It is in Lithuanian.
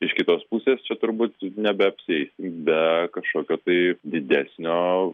iš kitos pusės čia turbūt nebeapsieisim be kažkokio tai didesnio